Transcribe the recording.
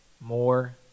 more